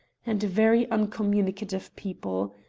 and very uncommunicative people.